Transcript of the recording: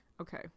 Okay